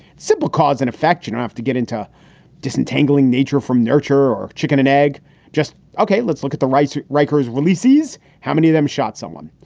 simple cause and effect. you know have to get into disentangling nature from nurture or chicken and egg just ok. let's look at the rights. rikers releases. how many of them shot someone?